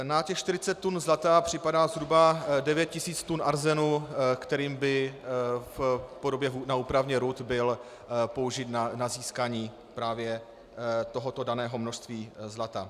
Na těch 40 tun zlata připadá zhruba 9 tisíc tun arzénu, který by na úpravně rud byl použit na získání právě tohoto daného množství zlata.